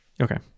okay